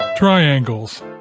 Triangles